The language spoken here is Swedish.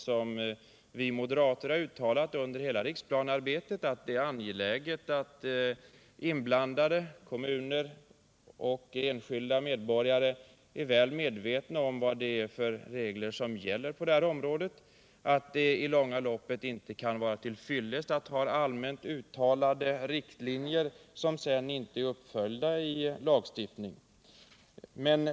Som vi moderater har uttalat under hela riksplanearbetet är det angeläget att inblandade kommuner och enskilda medborgare är väl medvetna om vad det är för regler som gäller på detta område samt att det i det långa loppet inte är till fyllest att bara ha allmänt uttalade riktlinjer som sedan inte följs upp i lagstiftningen.